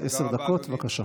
הצעת חוק מעולה.